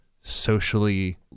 socially